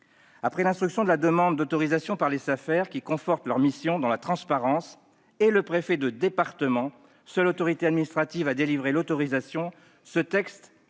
que l'instruction de la demande d'autorisation par les Safer, qui conforte leurs missions dans la transparence, et le rôle confié au préfet de département, seule autorité administrative à délivrer l'autorisation, ce texte